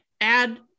add